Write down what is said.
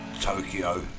Tokyo